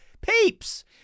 peeps